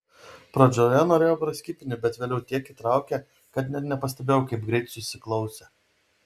pradžioje norėjau praskipinti bet vėliau tiek įtraukė kad net nepastebėjau kaip greit susiklausė